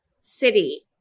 city